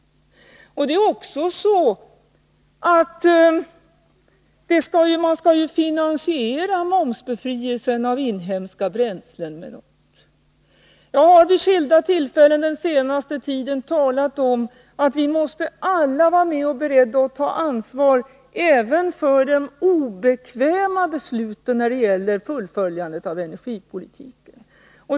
Dessutom måste ju momsbefrielsen när det gäller inhemska bränslen finansieras. Jag har vid skilda tillfällen under den senaste tiden talat om att vi alla måste vara beredda att ta ansvar även för de obekväma besluten för att fullfölja energipolitiken.